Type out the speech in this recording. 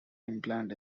implant